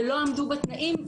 ולא עמדו בתנאים,